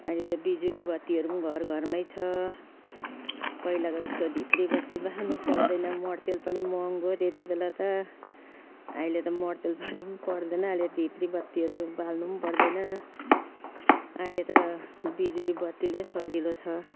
अहिले त बिजुली बत्तीहरू घर घरमै छ पहिलाको जस्तो ढिब्री बत्ती बाल्नु पर्दैन मटितेल पनि महँगो त्यति बेला त अहिले त मटितेल बाल्नु पनि पर्दैन अहिले ढिब्री बत्तीहरू बाल्नु पर्दैन अहिले त बिजुली बत्तीले सजिलो छ